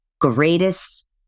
greatest